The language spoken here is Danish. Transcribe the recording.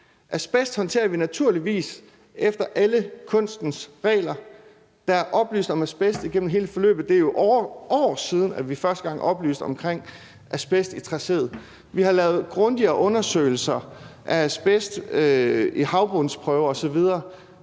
Asbest håndterer vi naturligvis efter alle kunstens regler. Der er oplyst om asbest igennem hele forløbet; det er jo år siden, vi første gang oplyste om asbest i tracéet. Vi har lavet grundigere undersøgelser af asbest i havbundsprøver osv.,